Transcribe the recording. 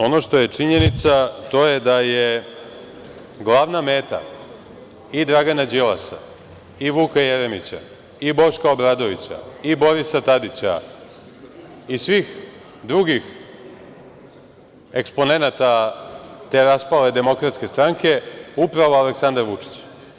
Ono što je činjenica, to je da je glavna meta i Dragana Đilasa, Vuka Jeremića, Boška Obradovića, Borisa Tadića i svih drugih eksponenata te raspale DS, upravo Aleksandar Vučić.